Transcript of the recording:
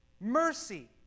Mercy